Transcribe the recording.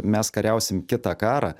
mes kariausim kitą karą